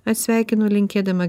atsisveikinu linkėdama